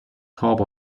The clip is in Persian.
تاب